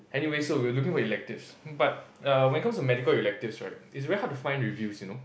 anyway so we are looking for electives but err when it comes to medical electives right it's very hard to find the reviews you know